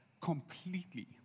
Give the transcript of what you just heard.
completely